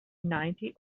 ninety